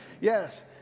yes